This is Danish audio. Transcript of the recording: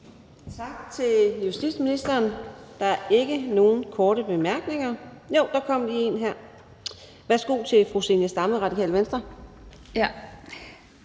Tak til justitsministeren. Der er ikke nogen korte bemærkninger, jo, der kom lige en her. Værsgo til fru Zenia Stampe, Radikale Venstre.